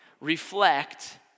reflect